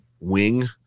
wing